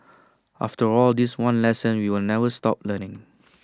after all this one lesson we will never stop learning